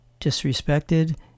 disrespected